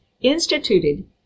instituted